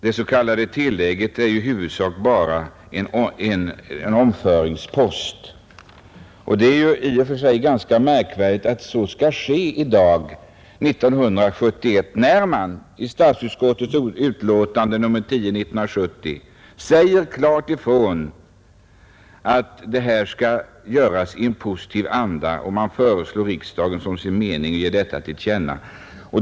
Det s.k. tillägget är i huvudsak bara en omföringspost. Det är i och för sig ganska märkvärdigt att så sker i dag, 1971, när statsutskottet i sitt utlåtande nr 10 år 1970 sade klart ifrån att detta skall göras i en positiv anda och föreslog riksdagen att som sin mening ge detta till känna.